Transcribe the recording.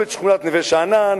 כבשו את שכונת נווה-שאנן,